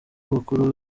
bakuru